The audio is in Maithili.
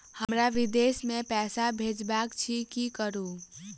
हमरा विदेश मे पैसा भेजबाक अछि की करू?